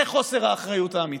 זה חוסר האחריות האמיתי.